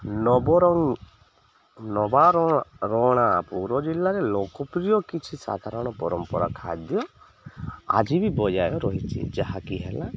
ନବରଙ୍ଗ ନବା ରଣା ପୌର ଜିଲ୍ଲାରେ ଲୋକପ୍ରିୟ କିଛି ସାଧାରଣ ପରମ୍ପରା ଖାଦ୍ୟ ଆଜି ବି ବଜାୟ ରହିଛି ଯାହାକି ହେଲା